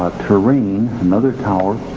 terrain another tower,